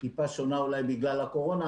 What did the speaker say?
טיפה שונה בגלל הקורונה,